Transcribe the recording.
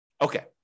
Okay